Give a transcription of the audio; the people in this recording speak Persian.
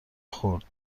خورد